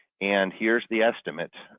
and here's the estimates,